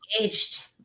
Engaged